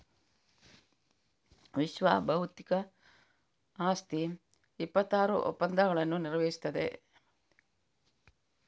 ವಿಶ್ವಬೌದ್ಧಿಕ ಆಸ್ತಿ ಇಪ್ಪತ್ತಾರು ಒಪ್ಪಂದಗಳನ್ನು ನಿರ್ವಹಿಸುತ್ತದೆ